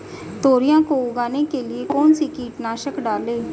तोरियां को उगाने के लिये कौन सी कीटनाशक डालें?